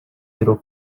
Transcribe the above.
little